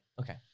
Okay